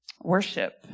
Worship